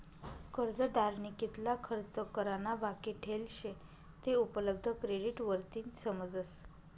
कर्जदारनी कितला खर्च करा ना बाकी ठेल शे ते उपलब्ध क्रेडिट वरतीन समजस